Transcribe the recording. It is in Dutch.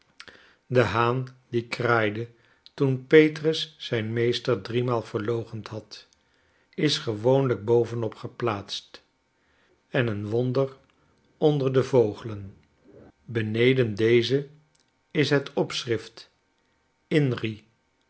de haan die kraaide toen petrus zijn meester driemaal verloochend had is gewooniijk bovenop geplaatst en een wonder onder de vogelen beneden dezen is het opschrift